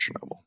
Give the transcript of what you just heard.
Chernobyl